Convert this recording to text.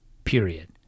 Period